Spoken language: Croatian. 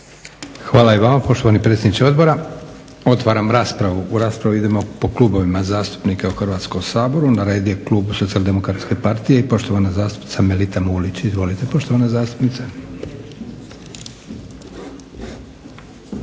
Hvala i vama, poštovani predsjedniče odbora. Otvaram raspravu. U raspravu idemo po Klubovima zastupnika u Hrvatskom saboru. Na redu je Klub socijaldemokratske partije i poštovana zastupnica Melita Mulić. Izvolite poštovana zastupnice.